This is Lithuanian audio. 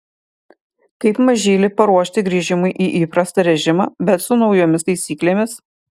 kaip mažylį paruošti grįžimui į įprastą režimą bet su naujomis taisyklėmis